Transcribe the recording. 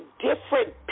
different